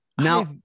now